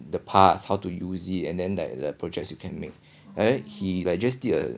the past how to use it and then like the projects you can make and then he like just did a